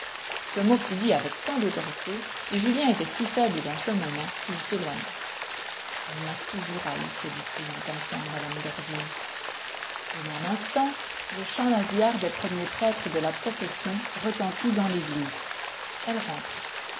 ce mot fut dit avec tant d'autorité et julien était si faible dans ce moment qu'il s'éloigna elle m'a toujours haï se dit-il en pensant à mme derville au même instant le chant nasillard des premiers prêtres de la procession retentit dans l'église elle rentrait